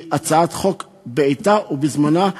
היא הצעת חוק בעתה ובזמנה,